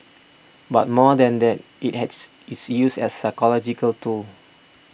but more than that it has its use as a psychological tool